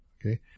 Okay